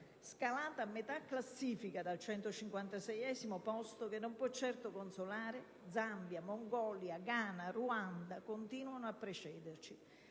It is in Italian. scalata a metà classifica dal 156º posto, che non può certo consolare. Zambia, Mongolia, Ghana e Ruanda continuano a precederci.